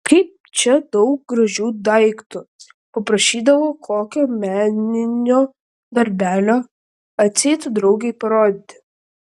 kaip čia daug gražių daiktų paprašydavo kokio meninio darbelio atseit draugei parodyti